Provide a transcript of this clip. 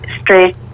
straight